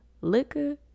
liquor